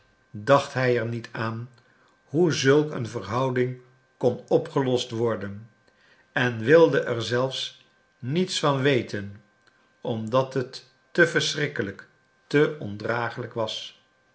dacht hij er niet aan hoe zulk een verhouding kon opgelost worden en wilde er zelfs niets van weten omdat het te verschrikkelijk te ondragelijk was